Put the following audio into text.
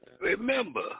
Remember